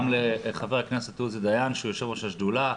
גם לח"כ עוזי דיין שהוא יו"ר השדולה,